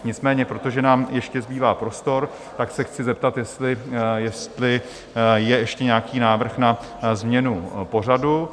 Nicméně protože nám ještě zbývá prostor, tak se chci zeptat, jestli je ještě nějaký návrh na změnu pořadu?